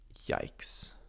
Yikes